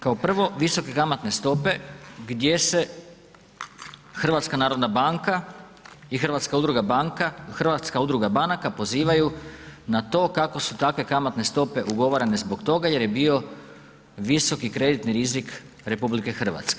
Kao prvo visoke kamatne stope gdje se HNB i Hrvatska udruga banaka pozivaju na to kako su takve kamatne stope ugovarane zbog toga jer je bio visoki kreditni rizik RH.